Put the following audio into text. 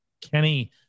Kenny